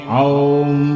aum